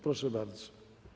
Proszę bardzo.